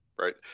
Right